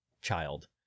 child